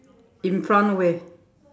in front where